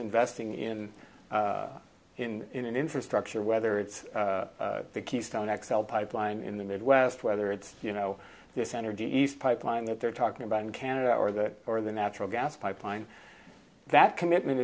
investing in in in an infrastructure whether it's the keystone x l pipeline in the midwest whether it's you know this energy east pipeline that they're talking about in canada or that or the natural gas pipeline that commitment